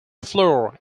floor